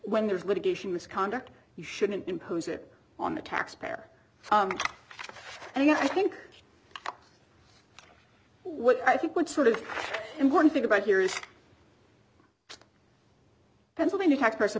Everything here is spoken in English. when there is litigation misconduct you shouldn't impose it on the taxpayer and i think what i think what sort of important thing about here is pennsylvania tech person